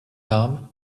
harm